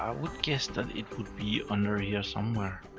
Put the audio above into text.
would guess that it would be under here somewhere.